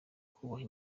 kubaha